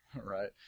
right